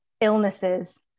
illnesses